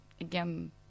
Again